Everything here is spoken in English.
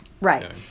right